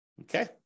Okay